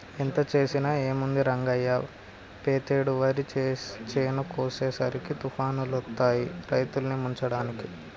ఎంత చేసినా ఏముంది రంగయ్య పెతేడు వరి చేను కోసేసరికి తుఫానులొత్తాయి రైతుల్ని ముంచడానికి